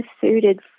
suited